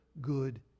good